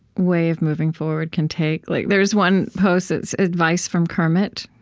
way of moving forward can take. like there's one post that's advice from kermit.